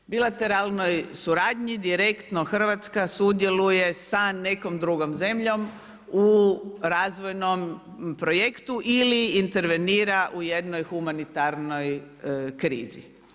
U bilateralnoj suradnji direktno Hrvatska sudjeluje sa nekom dr. zemljom u razvojnom projektu ili intervenira u jednoj humanitarnoj krizi.